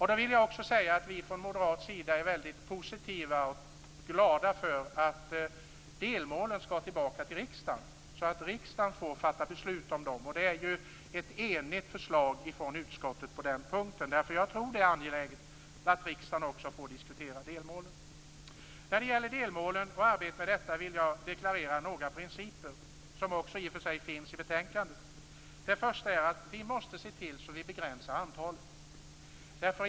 Från moderat sida är vi glada för att delmålen skall tillbaka till riksdagen, så att riksdagen får fatta beslut om dem. Det är ett enigt förslag från utskottet på den punkten. Det är angeläget att riksdagen också får diskutera delmålen. När det gäller delmålen vill jag deklarera några principer, som i och för sig också finns i betänkandet. För det första måste vi begränsa antalet delmål.